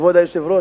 כבוד היושב-ראש,